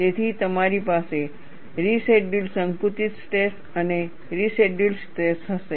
તેથી તમારી પાસે રેસિડયૂઅલ સંકુચિત સ્ટ્રેસ અને રેસિડયૂઅલ સ્ટ્રેસ હશે